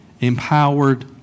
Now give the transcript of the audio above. empowered